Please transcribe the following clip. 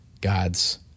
God's